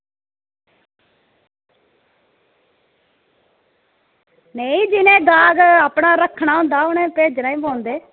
नेईं जिनें गाह्क रक्खना होंदा उनें भेजना ई पौंदे